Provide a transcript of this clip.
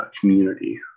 community